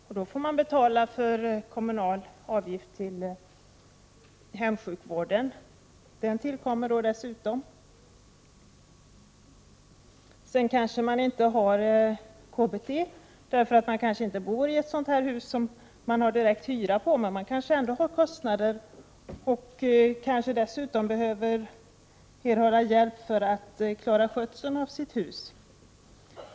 När man åker hem tillkommer den kommunala avgiften för hemsjukvården. Man kanske inte heller har KBT, t.ex. om man inte bor i hus med direkt hyra. Ändå kanske man har kostnader, och man kan behöva erhålla hjälp för att klara skötseln av sitt hus.